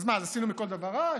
אז מה, אז עשינו מכל דבר רעש?